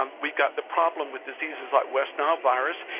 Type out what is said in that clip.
um we've got the problem with diseases like west nile virus,